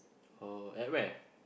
oh at where